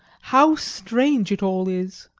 how strange it all is.